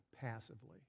passively